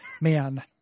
man